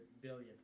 billion